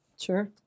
Sure